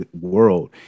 world